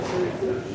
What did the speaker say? החוק